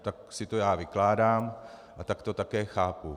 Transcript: Tak si to já vykládám a tak to také chápu.